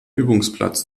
übungsplatz